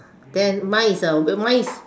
then mine is a mine is